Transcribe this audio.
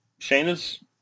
Shayna's